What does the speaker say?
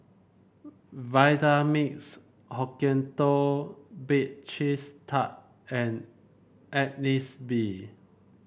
Vitamix Hokkaido Bake Cheese Tart and Agnes B